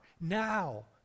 now